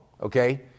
Okay